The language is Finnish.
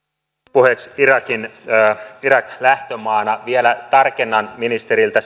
puheeksi irak lähtömaana vielä tarkennan ministeriltä